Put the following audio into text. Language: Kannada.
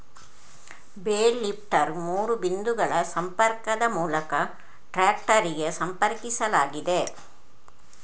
ಬೇಲ್ ಲಿಫ್ಟರ್ ಮೂರು ಬಿಂದುಗಳ ಸಂಪರ್ಕದ ಮೂಲಕ ಟ್ರಾಕ್ಟರಿಗೆ ಸಂಪರ್ಕಿಸಲಾಗಿದೆ